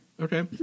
Okay